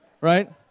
right